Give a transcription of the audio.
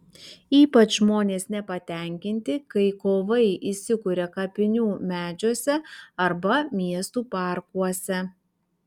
ypač žmonės nepatenkinti kai kovai įsikuria kapinių medžiuose arba miestų parkuose